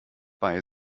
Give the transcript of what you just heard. bei